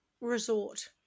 resort